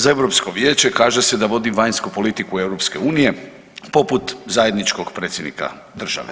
Za Europsko vijeće kaže se da vodi vanjsku politiku EU poput zajedničkog predsjednika države.